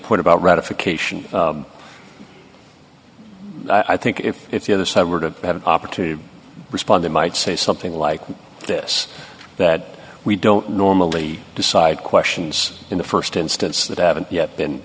point about ratification i think if if the other side were to have an opportunity to respond it might say something like this that we don't normally decide questions in the st instance that haven't yet been